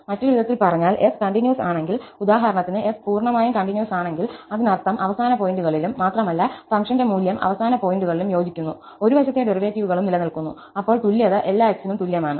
മറ്റൊരു വിധത്തിൽ പറഞ്ഞാൽ f കണ്ടിന്യൂസ് ആണെങ്കിൽ ഉദാഹരണത്തിന് f പൂർണ്ണമായും കണ്ടിന്യൂസ് ആണെങ്കിൽ അതിനർത്ഥം അവസാന പോയിന്റുകളിലും മാത്രമല്ല ഫംഗ്ഷന്റെ മൂല്യം അവസാന പോയിന്റുകളിലും യോജിക്കുന്നു ഒരു വശത്തെ ഡെറിവേറ്റീവുകളും നിലനിൽക്കുന്നു അപ്പോൾ തുല്യത എല്ലാ x നും തുല്യമാണ്